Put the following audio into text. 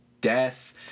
death